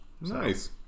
nice